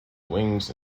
wings